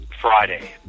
Friday